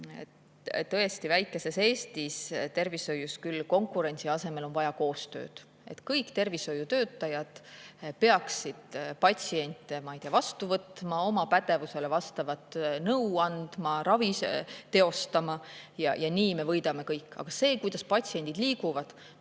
Tõesti, väikeses Eestis on tervishoius küll konkurentsi asemel vaja koostööd. Kõik tervishoiutöötajad peaksid patsiente vastu võtma, oma pädevusele vastavat nõu andma, ravi teostama. Nii me võidame kõik. Aga see, kuidas patsiendid liiguvad